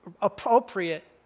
appropriate